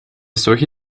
solche